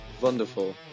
wonderful